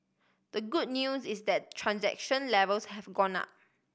the good news is that transaction levels have gone up